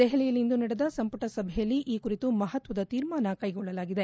ದೆಹಲಿಯಲ್ಲಿಂದು ನಡೆದ ಸಂಪುಟ ಸಭೆಯಲ್ಲಿ ಈ ಕುರಿತು ಮಹತ್ವದ ತೀರ್ಮಾನ ಕೈಗೊಳ್ಳಲಾಗಿದೆ